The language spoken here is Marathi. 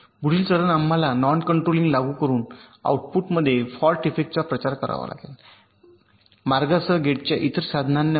पुढील चरण आम्हाला नॉन कंट्रोलिंग लागू करून आउटपुटमध्ये फॉल्ट इफेक्टचा प्रचार करावा लागेल मार्गासह गेटच्या इतर साधनांना मूल्ये